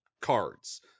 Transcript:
cards